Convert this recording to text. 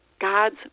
God's